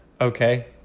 Okay